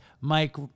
Mike